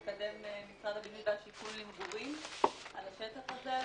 יש תוכנית שמקדם משרד הבינוי והשיכון ומגורים על השטח הזה,